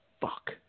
fuck